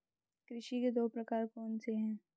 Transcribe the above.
कृषि के दो प्रकार कौन से हैं?